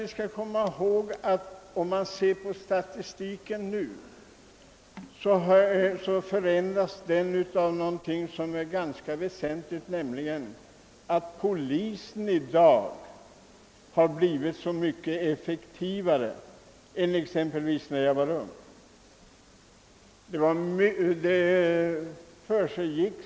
Vi skall komma ihåg att om man ser på statistiken, finner man, att den förändras av någonting som är ganska väsentligt, nämligen av att polisen i dag har blivit så mycket mera effektiv än den var exempelvis när jag var ung.